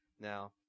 Now